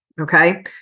okay